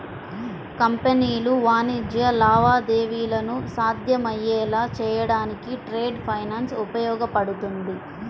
కంపెనీలు వాణిజ్య లావాదేవీలను సాధ్యమయ్యేలా చేయడానికి ట్రేడ్ ఫైనాన్స్ ఉపయోగపడుతుంది